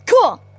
Cool